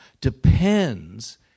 depends